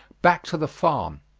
back to the farm.